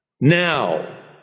Now